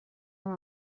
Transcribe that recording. amb